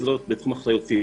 לא בתחום אחריותי.